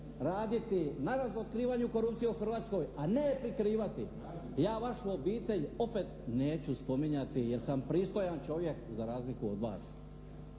raditi na razotkrivanju korupcije u Hrvatskoj a ne je prikrivati. Ja vašu obitelj opet neću spominjati jer sam pristojan čovjek za razliku od vas.